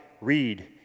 read